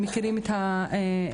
מכירים את השפה.